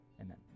amen